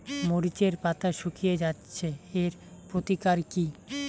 মরিচের পাতা শুকিয়ে যাচ্ছে এর প্রতিকার কি?